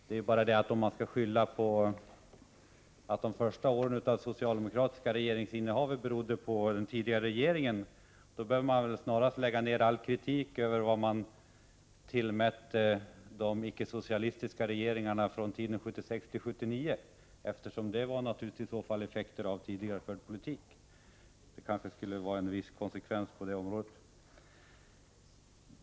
Men om man skall RS skylla på att det som hände de första åren under socialdemokratisk regering berodde på vad den tidigare regeringen gjort, borde man snarast lägga ned all kritik mot de icke-socialistiska regeringarna 1976—79, eftersom det de gjorde var följder av en tidigare förd politik. Man kanske borde visa viss konsekvens på det området.